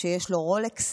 שיש לו רולקסים,